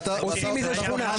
עושים מזה שכונה.